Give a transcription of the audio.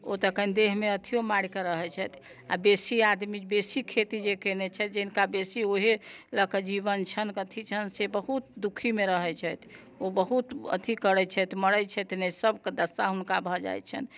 ओ तऽ कनि देहमे अथियो मारिके रहैत छथि आ बेसी आदमी बेसी खेती जे कयने छथि जिनका बेसी ओहे लऽके जीवन छनि अथि छनि से बहुत दुखीमे रहैत छथि ओ बहुत अथि करैत छथि मरैत छथि नहि सभकेँ दशा हुनका भऽ जाइत छनि